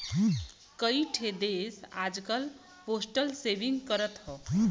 कई ठे देस आजकल पोस्टल सेविंग करत हौ